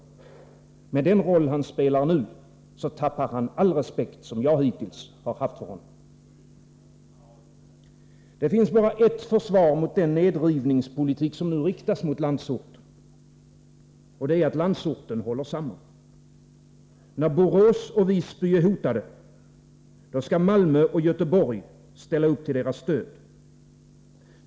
Med den roll aan spelar nu, förlorar han all respekt jag hittills haft för honom. Det finns bara ett försvar mot den nedrivningspolitik som nu riktas mot landsorten. Det är att landsorten håller samman. När Borås och Visby är hotade, då skall Malmö och Göteborg ställa upp till deras stöd.